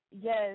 Yes